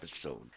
episode